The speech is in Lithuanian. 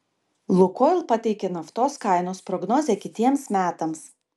lukoil pateikė naftos kainos prognozę kitiems metams